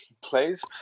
plays